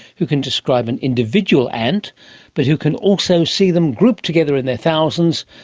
who can describe an individual ant but who can also see them grouped together in their thousands,